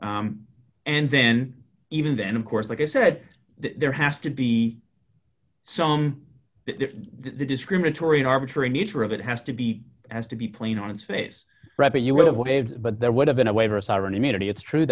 and then even then of course like i said there has to be some discriminatory arbitrary nature of it has to be has to be plain on its face rep and you would have waves but there would have been a waiver a sovereign immunity it's true